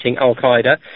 al-Qaeda